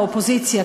האופוזיציה,